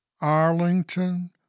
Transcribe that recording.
Arlington